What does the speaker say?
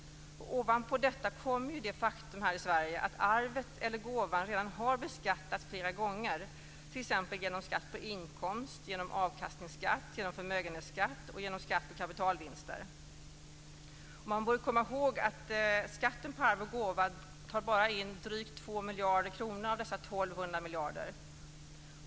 Ovanpå detta kommer det faktum här i Sverige att arvet eller gåvan redan har beskattats flera gånger, t.ex. genom skatt på inkomst, genom avkastningsskatt, genom förmögenhetsskatt och genom skatt på kapitalvinster. Man bör komma ihåg att skatten på arv och gåva bara tar in drygt 2 miljarder kronor av dessa 1 200 miljarder.